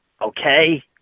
okay